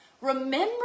Remember